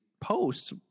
posts